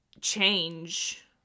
change